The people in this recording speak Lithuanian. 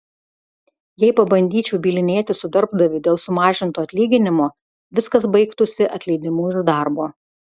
jei pabandyčiau bylinėtis su darbdaviu dėl sumažinto atlyginimo viskas baigtųsi atleidimu iš darbo